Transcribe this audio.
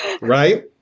right